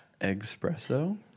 espresso